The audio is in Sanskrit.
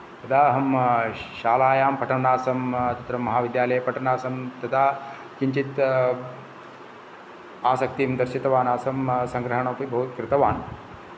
यदा अहं शालायां पठन् आसम् तत्र महाविद्यालये पठन् आसम् तदा किञ्चित् आसक्तिं दर्शितवान् आसम् संग्रहणमपि बहु कृतवान्